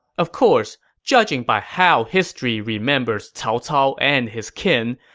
of course, judging by how history remembers cao cao and his kin,